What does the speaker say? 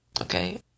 okay